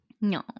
No